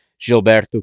Gilberto